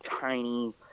tiny